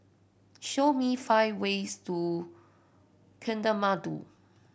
show me five ways to Kathmandu